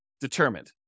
determined